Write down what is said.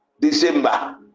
December